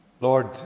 Lord